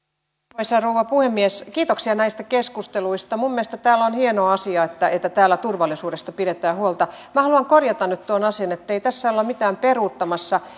arvoisa rouva puhemies kiitoksia näistä keskusteluista minun mielestäni on hieno asia että että täällä turvallisuudesta pidetään huolta minä haluan korjata nyt tuon asian ei tässä olla mitään peruuttamassa